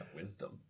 wisdom